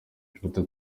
tukaba